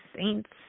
Saints